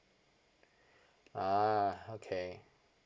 ah okay